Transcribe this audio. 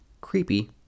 creepy